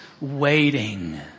waiting